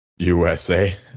USA